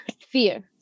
fear